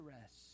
rest